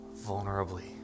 vulnerably